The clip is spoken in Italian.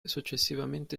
successivamente